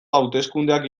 hauteskundeak